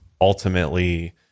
ultimately